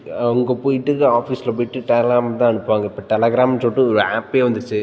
அங்கே போய்விட்டு ஆஃபீஸ்சில் போய்விட்டு டெர்லாமில் தான் அனுப்புவாங்க இப்போ டெலகிராம்னு சொல்லிட்டு ஒரு ஆப்பே வந்துடுச்சு